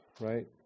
right